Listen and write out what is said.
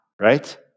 right